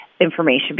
information